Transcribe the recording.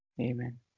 Amen